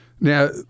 Now